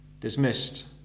dismissed